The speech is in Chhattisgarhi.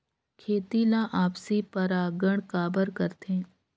खेती ला आपसी परागण काबर करथे?